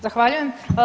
Zahvaljujem.